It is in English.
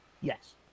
Yes